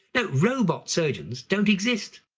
but robot surgeons don't exist.